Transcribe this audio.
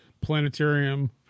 planetarium